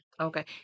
Okay